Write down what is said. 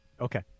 Okay